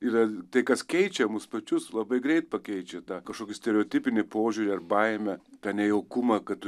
yra tai kas keičia mus pačius labai greit pakeičiu tą kažkokį stereotipinį požiūrį ar baimę tą nejaukumą kad